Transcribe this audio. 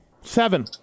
Seven